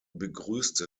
begrüßte